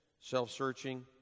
self-searching